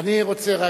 אני רק רוצה,